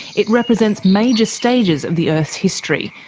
it represents major stages of the earth's history,